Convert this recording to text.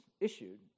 issued